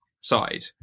side